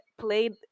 played